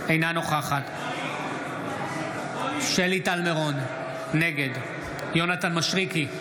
אינה נוכחת שלי טל מירון, נגד יונתן מישרקי,